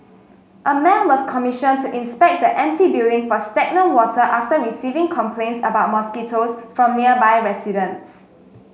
a man was commissioned to inspect the empty building for stagnant water after receiving complaints about mosquitoes from nearby residents